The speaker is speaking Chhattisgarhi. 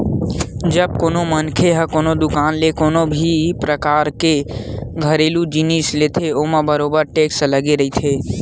जब कोनो मनखे ह कोनो दुकान ले कोनो भी परकार के घरेलू जिनिस लेथे ओमा बरोबर टेक्स लगे रहिथे